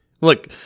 Look